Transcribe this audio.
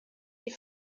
die